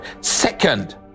Second